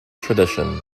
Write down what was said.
tradition